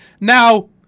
Now